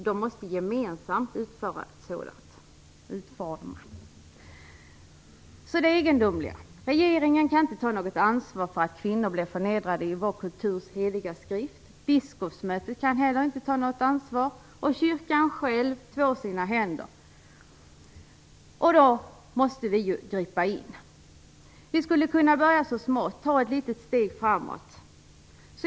Så till det egendomliga: Regeringen kan inte ta något ansvar för att kvinnor blir förnedrade i vår kulturs heliga skrift. Inte heller biskopsmötet kan ta något ansvar, och kyrkan själv tvår sina händer. Då måste vi ju gripa in. Vi skulle kunna börja med att ta ett litet steg framåt.